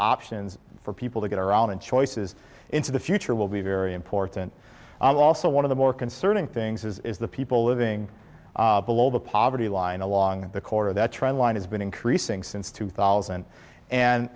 options for people to get around and choices into the future will be very important also one of the more concerning things is the people living below the poverty line along the corridor that trend line has been increasing since two thousand and